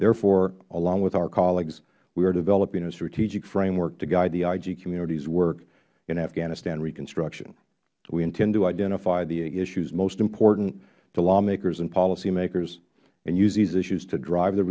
therefore along with our colleagues we are developing a strategic framework to guide the ig communitys work in afghanistan reconstruction we intend to identify the issues most important to lawmakers and policymakers and use these issues to drive the